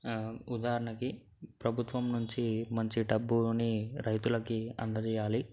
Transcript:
ఉదాహరణకి ప్రభుత్వం నుంచి మంచి డబ్బుని రైతులకి అందజేయాలి